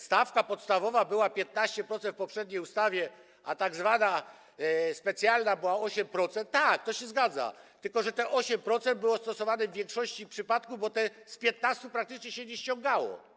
Stawka podstawowa wynosiła 15% w poprzedniej ustawie, a tzw. specjalna - 8% - tak, to się zgadza - tylko że te 8% było stosowane w większości wypadków, bo tych 15% praktycznie się nie ściągało.